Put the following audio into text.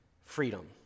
freedom